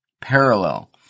parallel